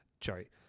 Sorry